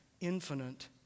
infinite